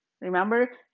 Remember